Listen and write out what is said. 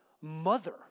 mother